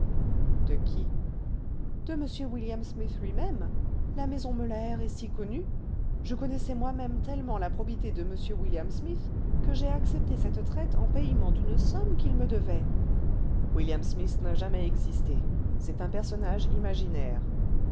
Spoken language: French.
de qui de m william smith lui-même la maison meulaert est si connue je connaissais moi-même tellement la probité de m william smith que j'ai accepté cette traite en payement d'une somme qu'il me devait william smith n'a jamais existé c'est un personnage imaginaire